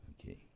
Okay